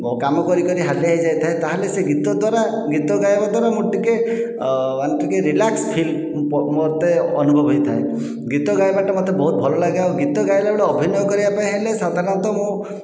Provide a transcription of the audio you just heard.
କାମ କରି କରି ହାଲିଆ ହେଇଯାଇଥାଏ ତାହେଲେ ସେ ଗୀତ ଦ୍ଵାରା ଗୀତ ଗାଇବା ଦ୍ଵାରା ମୁଁ ଟିକେ ଟିକେ ରିଲାକ୍ସ ଫିଲ୍ ମୋତେ ଅନୁଭବ ହେଇଥାଏ ଗୀତ ଗାଇବାଟା ମୋତେ ବହୁତ ଭଲ ଲାଗେ ଗୀତ ଗାଇଲା ବେଳେ ଅଭିନୟ କରିବା ପାଇଁ ହେଲେ ସାଧାରଣତଃ ମୁଁ